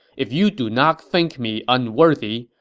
if you do not think me unworthy,